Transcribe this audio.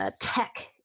tech